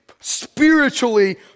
spiritually